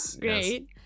Great